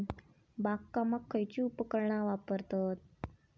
बागकामाक खयची उपकरणा वापरतत?